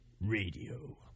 Radio